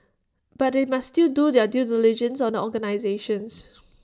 but they must still do their due diligence on the organisations